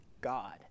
God